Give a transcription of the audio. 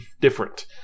different